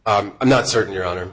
f i'm not certain your honor